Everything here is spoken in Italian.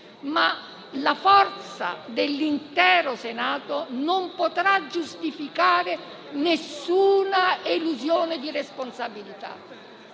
Ma la forza dell'intero Senato non potrà giustificare nessuna elusione di responsabilità.